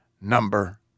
number